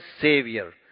Savior